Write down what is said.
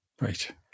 Right